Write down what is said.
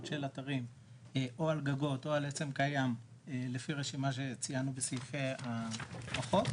של אתרים או על גגות או על עצם קיים לפי רשימה שציינו בסעיפי החוק.